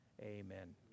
Amen